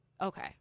Okay